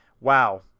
wow